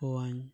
ᱠᱚᱣᱟᱧ